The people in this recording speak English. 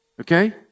Okay